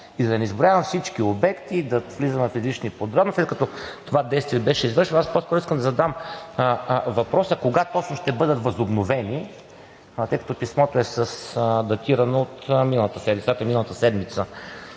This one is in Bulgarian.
За да не изброявам всички обекти и да влизаме в излишни подробности, след като това действие беше извършено, аз по-скоро искам да задам въпроса: кога точно ще бъдат възобновени, тъй като писмото е датирано от средата на